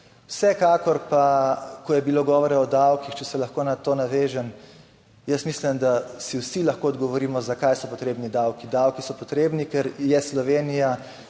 Vsekakor pa, ko je bilo govora o davkih, če se lahko na to navežem, jaz mislim, da si vsi lahko odgovorimo, zakaj so potrebni davki - davki so potrebni, ker je Slovenija